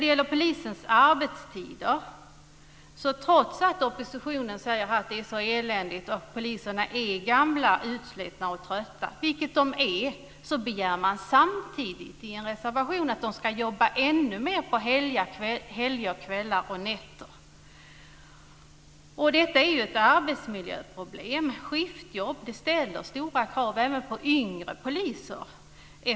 Vad gäller polisens arbetstider säger man från oppositionen att det är eländigt ställt, med gamla, utslitna och trötta poliser, vilket är riktigt. Men samtidigt begär man i en reservation att poliserna ska jobba ännu mer på helger, kvällar och nätter. Detta är ett arbetsmiljöproblem. Skiftjobb ställer efter ett antal år stora krav även på yngre poliser.